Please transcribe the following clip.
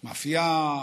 מאפייה,